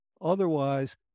Otherwise